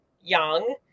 young